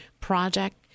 project